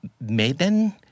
maiden